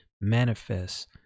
manifest